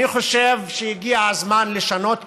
אני חושב שהגיע הזמן לשנות כיוון,